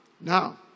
now